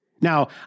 Now